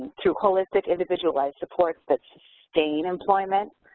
to holistic individualized supports that sustain employment,